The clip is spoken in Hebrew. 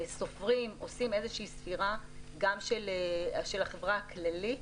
סופרים, עושים איזושהי ספירה גם של החברה הכללית,